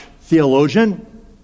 theologian